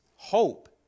hope